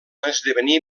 esdevenir